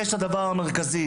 יש את הדבר המרכזי,